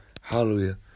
Hallelujah